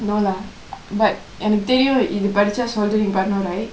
no lah but எனக்கு தெரியும் இது படுச்சு:enakku theriyum ithu paduchaa solderingk பன்னனும்:pannanum right